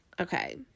Okay